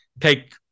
take